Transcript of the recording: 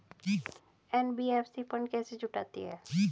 NBFC fund कैसे जुटाती है?